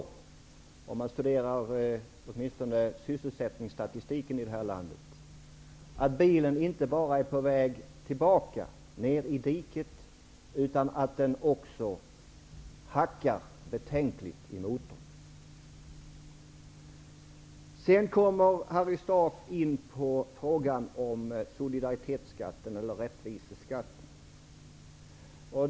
En studie av sysselsättningsstatistiken i det här landet visar att allting tyder på att bilen inte bara är på väg tillbaka ned i diket utan att den också hackar betänkligt i motorn. Sedan kommer Harry Staaf in på frågan om solidaritetsskatten -- rättviseskatten.